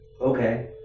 okay